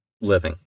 living